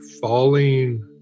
falling